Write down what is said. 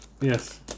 Yes